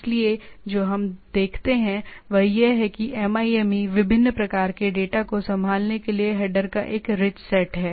इसलिए जो हम देखते हैं वह यह है कि MIME में विभिन्न प्रकार के डेटा को संभालने के लिए हेडर का एक रिच सेट है